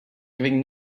giving